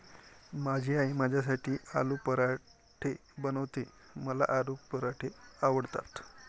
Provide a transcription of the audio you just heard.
माझी आई माझ्यासाठी आलू पराठे बनवते, मला आलू पराठे आवडतात